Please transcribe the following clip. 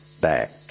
back